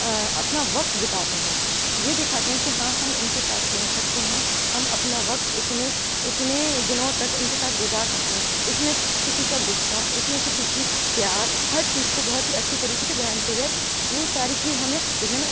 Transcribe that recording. اپنا وقت بِتاتے ہیں یہ دِکھاتے ہیں کہ ہاں ہم اِن کے ساتھ رہ سکتے ہیں ہم اپنا وقت اتنے اتنے دِنوں تک اِن کے ساتھ گُزار سکتے ہیں اِس میں کسی کا غصّہ اس میں کسی کی پیار ہر چیز کو بہت ہی اچھے طریقے سے بیان کیا گیا ہے تو وہ ساری چیز ہمیں دیکھنے میں